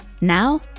Now